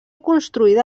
construïda